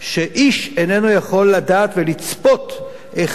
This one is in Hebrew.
כשאיש איננו יכול לדעת ולצפות היכן